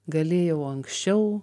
galėjau anksčiau